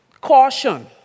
caution